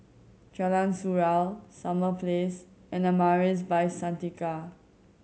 Jalan Surau Summer Place and Amaris By Santika